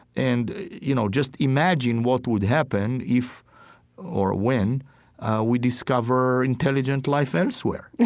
and you know just imagine what would happen if or when we discover intelligent life elsewhere yeah